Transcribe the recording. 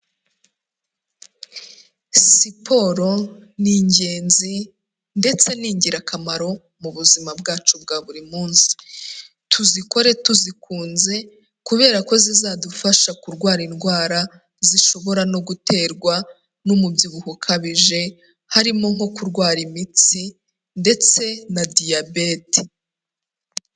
Iiporo ni ingenzi ndetse ni ingirakamaro mu buzima bwacu bwa buri munsi, tuzikore tuzikunze kubera ko zizadufasha kurwara indwara zishobora no guterwa n'umubyibuho ukabije, harimo nko kurwara imitsi ndetse na Diyabete.